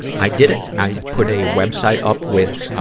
i did it. i put a web site up with, um,